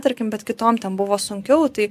tarkim bet kitom ten buvo sunkiau tai